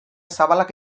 zabalak